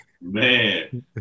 man